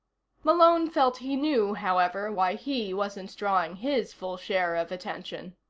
malone felt he knew, however, why he wasn't drawing his full share of attention.